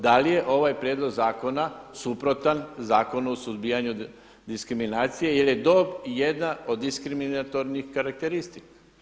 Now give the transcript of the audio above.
Da li je ovaj prijedlog zakona suprotan Zakonu o suzbijanju diskriminacije jer je dob jedna od diskriminatornih karakteristika?